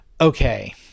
Okay